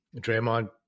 Draymond